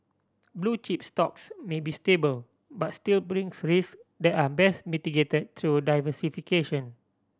blue chip stocks may be stable but still brings that are best mitigated through diversification